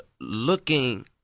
looking